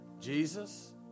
Jesus